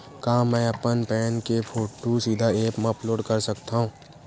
का मैं अपन पैन के फोटू सीधा ऐप मा अपलोड कर सकथव?